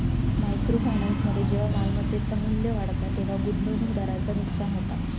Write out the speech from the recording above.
micro फायनान्समध्ये जेव्हा मालमत्तेचा मू्ल्य वाढता तेव्हा गुंतवणूकदाराचा नुकसान होता